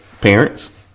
parents